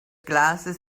glasses